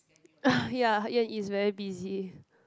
ya yeah it is very busy